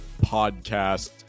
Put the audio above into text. Podcast